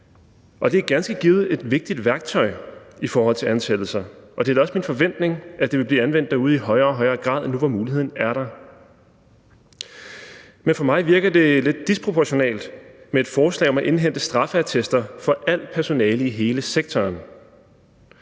det er ganske givet et vigtigt værktøj i forhold til ansættelser, og det er da også min forventning, at det vil blive anvendt derude i højere og højere grad nu, hvor muligheden er der. Men på mig virker det lidt disproportionalt med et forslag om at indhente straffeattester for alt personale i hele sektoren.